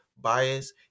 bias